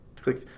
click